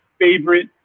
favorite